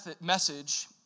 message